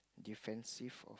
defensive of